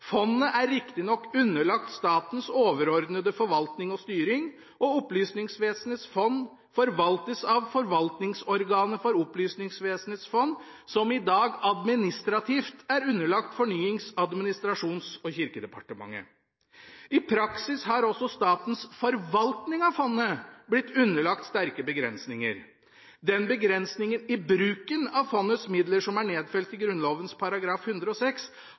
Fondet er riktignok underlagt statens overordnete forvaltning og styring, og Opplysningsvesenets fond forvaltes av Forvaltningsorganet for Opplysningsvesenets fond, som i dag administrativt er underlagt Fornyings-, administrasjons- og kirkedepartementet. I praksis har også statens forvaltning av fondet blitt underlagt sterke begrensninger. Den begrensningen i bruken av fondets midler som er nedfelt i Grunnloven § 106,